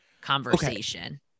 conversation